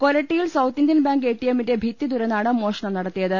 കൊരട്ടിയിൽ South Indian Bank A T എമ്മിന്റെ ഭിത്തി തുരന്നാണ് മോഷണം നടത്തിയത്